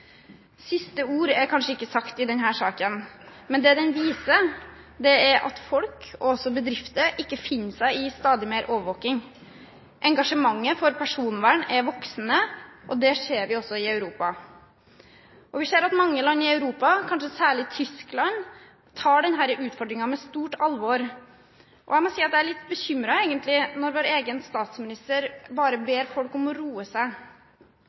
Siste ord er kanskje ikke sagt i denne saken, men det den viser, er at folk og også bedrifter ikke finner seg i stadig mer overvåking. Engasjementet for personvern er voksende, og det ser vi også i Europa. Vi ser at mange land i Europa – kanskje særlig Tyskland – tar denne utfordringen med stort alvor, og jeg må si at jeg egentlig er litt bekymret når vår egen statsminister bare ber folk om å roe seg.